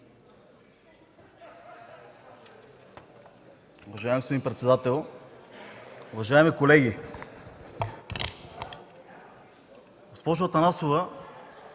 уважаеми колеги!